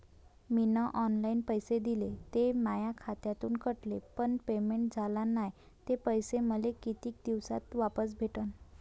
मीन online पैसे दिले, ते माया खात्यातून कटले, पण पेमेंट झाल नायं, ते पैसे मले कितीक दिवसात वापस भेटन?